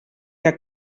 que